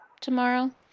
tomorrow